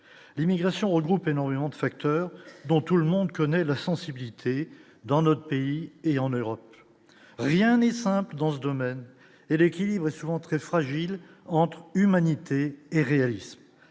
l'immigration regroupe énormément de facteurs, dont tout le monde connaît la sensibilité dans notre pays et en Europe, rien n'est simple dans ce domaine et l'équilibre est souvent très fragile entre humanité et réalisme,